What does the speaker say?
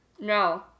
No